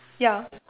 ya